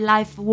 Life